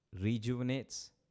rejuvenates